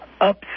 up